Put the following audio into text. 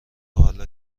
حالا